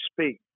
speak